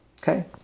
Okay